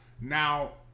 Now